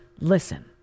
Listen